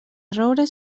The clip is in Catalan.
roures